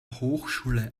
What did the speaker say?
hochschule